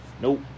Nope